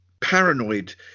paranoid